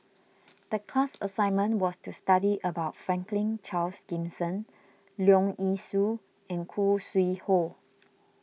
the class assignment was to study about Franklin Charles Gimson Leong Yee Soo and Khoo Sui Hoe